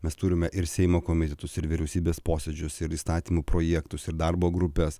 mes turime ir seimo komitetus ir vyriausybės posėdžius ir įstatymų projektus ir darbo grupes